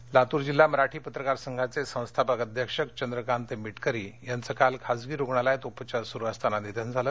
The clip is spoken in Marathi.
निधन लातर लातूर जिल्हा मराठी पत्रकार संघाचे संस्थापक अध्यक्ष चंद्रकांत मिटकरी यांचं काल खाजगी रुणालयात उपचार सुरू असताना निधन झालं